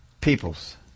peoples